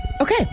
Okay